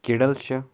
کِڈل چھُ